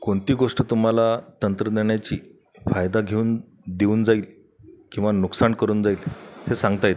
कोणती गोष्ट तुम्हाला तंत्रज्ञानाची फायदा घेऊन देऊन जाईल किंवा नुकसान करून जाईल ते सांगता येत नाही